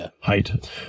height